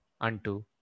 unto